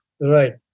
right